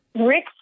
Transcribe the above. Rick